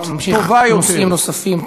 אתה ממשיך נושאים נוספים.